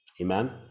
amen